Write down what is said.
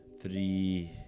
Three